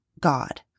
God